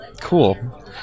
cool